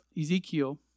Ezekiel